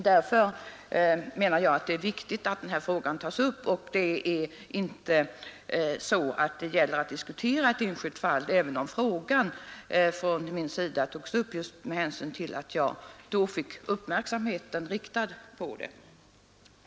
Därför menar jag att det är viktigt att denna fråga tas upp. Det gäller inte att diskutera ett enskilt fall, även om jag ställde min fråga just med hänsyn till det enskilda fall som medförde att jag fick uppmärksamheten riktad mot detta problem.